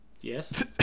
Yes